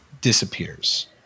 disappears